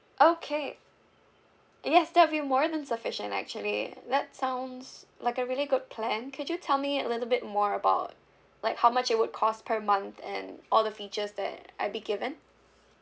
okay yes that will be more than sufficient actually that sounds like a really good plan could you tell me a little bit more about like how much it would cost per month and all the features that I'd be given